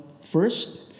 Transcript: first